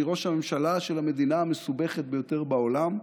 אני ראש הממשלה של המדינה המסובכת ביותר בעולם,